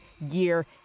year